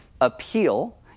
appeal